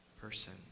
person